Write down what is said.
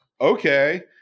okay